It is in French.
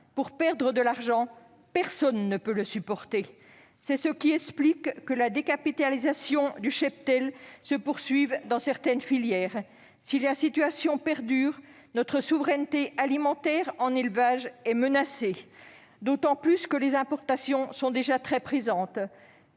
pour perdre de l'argent, personne ne peut le supporter. C'est ce qui explique que la décapitalisation du cheptel se poursuive dans certaines filières. Si la situation perdure, notre souveraineté alimentaire en élevage est menacée, d'autant que les importations sont déjà très présentes